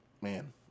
man